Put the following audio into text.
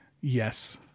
Yes